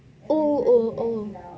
oo